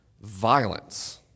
violence